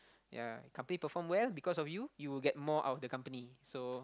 ya company perform well because of you you will get more out of the company so